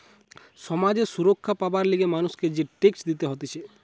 সমাজ এ সুরক্ষা পাবার লিগে মানুষকে যে ট্যাক্স দিতে হতিছে